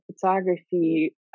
photography